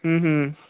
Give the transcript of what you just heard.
ਹੂੰ ਹੂੰ